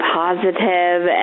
positive